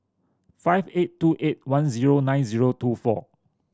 five eight two eight one zero nine zero two four